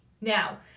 Now